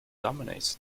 dominates